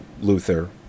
Luther